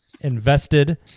invested